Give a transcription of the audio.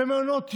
מעונות יום,